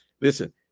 listen